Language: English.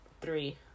three